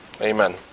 Amen